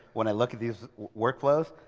when i look at these workflows,